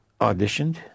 Auditioned